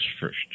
first